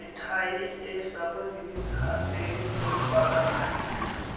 मिठई ए सब्बो जिनिस ह डेयरी के उत्पादन आय